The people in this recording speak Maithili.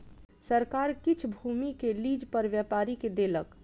सरकार किछ भूमि के लीज पर व्यापारी के देलक